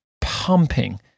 pumping